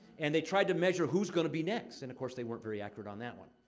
and they tried to measure who's gonna be next? and of course, they weren't very accurate on that one.